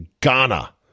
Ghana